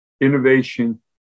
innovation